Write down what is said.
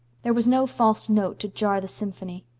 there was no false note to jar the symphony.